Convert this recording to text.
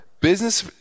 Business